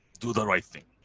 do the right thing,